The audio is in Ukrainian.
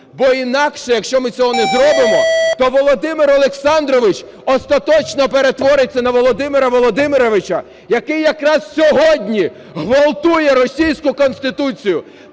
Бо інакше, якщо ми цього не зробимо, то Володимир Олександрович остаточно перетвориться на Володимира Володимировича, який якраз сьогодні ґвалтує російську Конституцію,